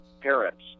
parents